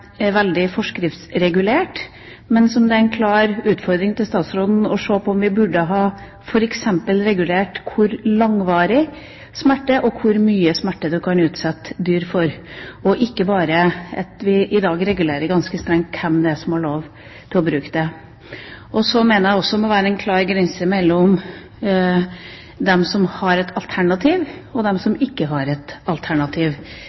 er jo veldig forskriftsmessig regulert, men det er en klar utfordring til statsråden å se på om vi f.eks. burde ha regulert med tanke på hvor langvarig smerte, og hvor mye smerte, man kan utsette dyr for – ikke bare det at vi i dag regulerer ganske strengt hvem det er som har lov til å gjøre forsøk på dyr. Så mener jeg også at det må være en klar grense mellom dem som har et alternativ til, og dem som